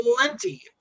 plenty